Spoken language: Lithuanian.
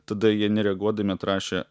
tada jie nereaguodami atrašė